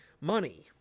Money